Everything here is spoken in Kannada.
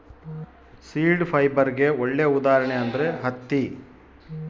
ಸೀಡ್ ಫೈಬರ್ಗೆ ಒಳ್ಳೆ ಉದಾಹರಣೆ ಅಂದ್ರೆ ಹತ್ತಿ